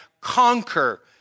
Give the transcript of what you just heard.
conquer